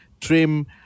trim